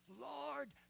Lord